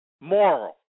moral